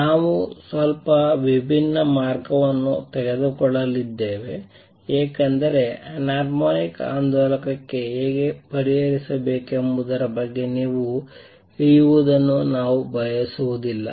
ನಾವು ಸ್ವಲ್ಪ ವಿಭಿನ್ನ ಮಾರ್ಗವನ್ನು ತೆಗೆದುಕೊಳ್ಳಲಿದ್ದೇವೆ ಏಕೆಂದರೆ ಅನ್ಹಾರ್ಮೋನಿಕ್ ಆಂದೋಲಕಕ್ಕಾಗಿ ಹೇಗೆ ಪರಿಹರಿಸಬೇಕೆಂಬುದರ ಬಗ್ಗೆ ನೀವು ಇಳಿಯುವುದನ್ನು ನಾನು ಬಯಸುವುದಿಲ್ಲ